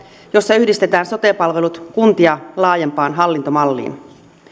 jossa yhdistetään sote palvelut kuntia laajempaan hallintomalliin